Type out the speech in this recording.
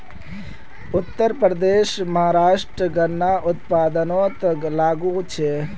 उत्तरप्रदेश, महाराष्ट्र गन्नार उत्पादनोत आगू छे